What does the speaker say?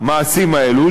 במעשים האלה,